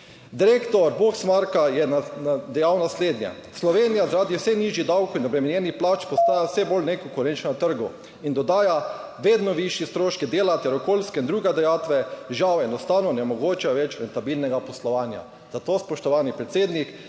Direktor Boxmarka je dejal naslednje: »Slovenija zaradi vse višjih davkov in obremenjenih plač postaja vse bolj nekonkurenčna na trgu.« Dodaja: »Vedno višji stroški dela ter okoljske in druge dajatve žal enostavno ne omogočajo več rentabilnega poslovanja.« Zato me zanima, spoštovani predsednik: